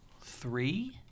three—